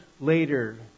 later